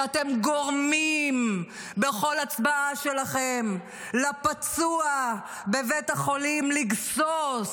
שאתם גורמים בכל הצבעה שלכם לפצוע בבית החולים לגסוס,